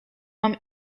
mam